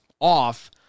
off